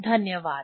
धन्यवाद